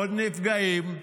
עוד נפגעים,